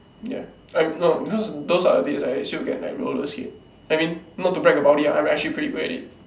ya I no cause those are the days right still can like roller skate I mean not to brag about it ah I'm actually pretty good at it